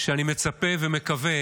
שאני מצפה ומקווה